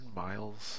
miles